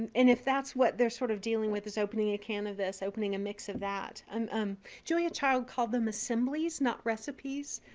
and if that's what they're sort of dealing with, is opening a can of this, opening a mix of that um um julia child called them assemblies, not recipes.